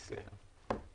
בסדר.